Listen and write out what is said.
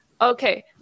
Okay